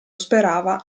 sperava